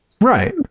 Right